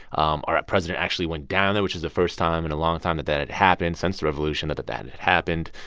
um our president actually went down there, which is the first time in a long time that that had happened since the revolution that that and had happened.